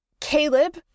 Caleb